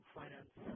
finance